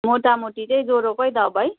मोटामोटी चाहिँ ज्वरोकै दबाई